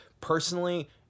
personally